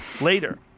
later